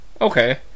Okay